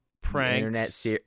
Pranks